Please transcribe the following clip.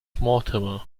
mortimer